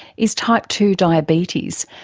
is type two diabetes,